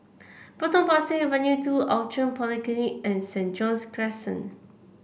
Potong Pasir Avenue two Outram Polyclinic and St John's Crescent